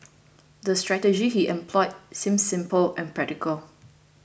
the strategies he employed seemed simple and practical